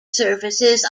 surfaces